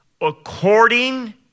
according